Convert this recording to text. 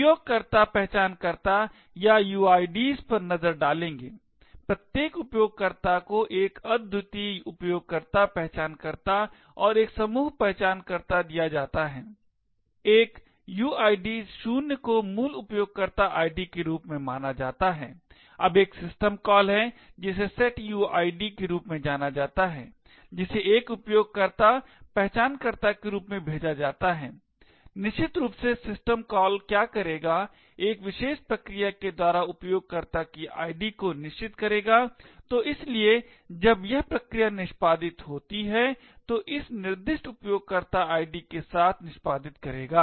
उपयोगकर्ता पहचानकर्ता या uids पर नज़र डालेंगे प्रत्येक उपयोगकर्ता को एक अद्वितीय उपयोगकर्ता पहचानकर्ता और एक समूह पहचानकर्ता दिया जाता है एक uid 0 को मूल उपयोगकर्ता आईडी के रूप में माना जाता है अब एक सिस्टम कॉल है जिसे setuid के रूप में जाना जाता है जिसे एक उपयोगकर्ता पहचानकर्ता के रूप में भेजा जाता है निश्चित रूप से सिस्टम कॉल क्या करेगा एक विशेष प्रक्रिया के द्वारा उपयोगकर्ता की आईडी को निश्चित करेगा तोइसलिए जब यह प्रक्रिया निष्पादित होती है तो इस निर्दिष्ट उपयोगकर्ता आईडी के साथ निष्पादित करेगा